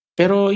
pero